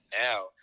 now